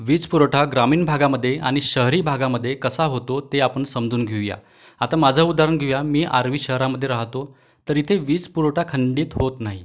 वीज पुरवठा ग्रामीण भागामध्ये आणि शहरी भागामध्ये कसा होतो ते आपण समजून घेऊया आता माझं उदाहरण घेऊया मी आर्वी शहरामध्ये राहतो तर इथे वीज पुरवठा खंडित होत नाही